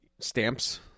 stamps